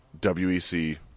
WEC